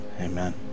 Amen